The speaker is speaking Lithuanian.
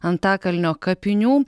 antakalnio kapinių